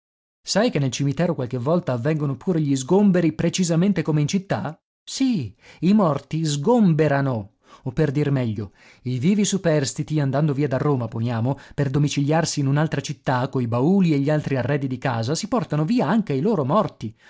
sai che nel cimitero qualche volta avvengono pure gli sgomberi precisamente come in città sì i morti sgomberano o per dir meglio i vivi superstiti andando via da roma poniamo per domiciliarsi in un'altra città coi bauli e gli altri arredi di casa si portano via anche i loro morti